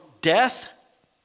Death